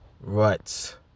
Right